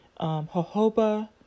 jojoba